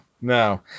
no